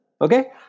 Okay